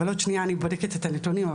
עוד שנייה אני בודקת את הנתונים,